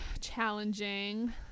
challenging